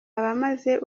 abamaze